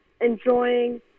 enjoying